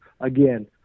again